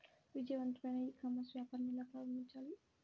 విజయవంతమైన e commerce వ్యాపారాన్ని ఎలా ప్రారంభించాలి?